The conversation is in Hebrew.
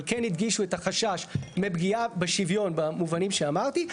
אבל כן הדגישו את החשש מפגיעה בשוויון במובנים שאמרתי.